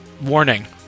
warning